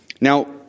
Now